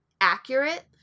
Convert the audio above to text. accurate